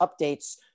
updates